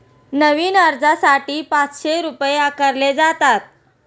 नवीन अर्जासाठी पाचशे रुपये आकारले जातात